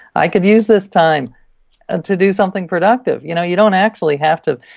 i could use this time ah to do something productive. you know you don't actually have to,